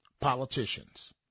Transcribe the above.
politicians